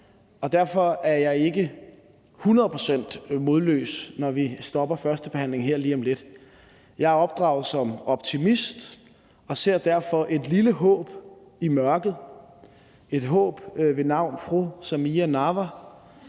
derfor er jeg ikke hundrede procent modløs, når vi stopper førstebehandlingen her lige om lidt. Jeg er opdraget som optimist og ser derfor et lille håb i mørket – et håb ved navn fru Samira Nawa,